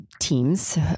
teams